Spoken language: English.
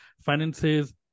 finances